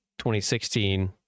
2016